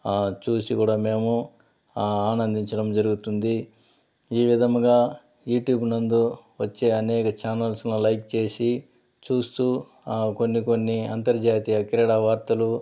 చూసి కూడా మేము ఆనందించడం జరుగుతుంది ఈ విధముగా యూట్యూబ్ నందు వచ్చే అనేక ఛానెల్స్ను లైక్ చేసి చూస్తూ కొన్ని కొన్ని అంతర్జాతీయ క్రీడా వార్తలు